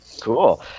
Cool